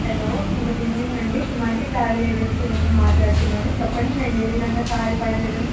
hello good evening అండి Kumari travel agency నుండి మాట్లాడుతున్నాను చెప్పండి నేను ఏవిధంగా సహాయపడగలను